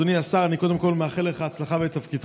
אדוני השר, אני קודם כול מאחל לך הצלחה בתפקידך.